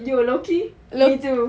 yo low-key me too